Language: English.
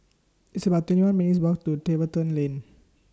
It's about twenty one minutes' Walk to Tiverton Lane